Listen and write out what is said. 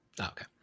okay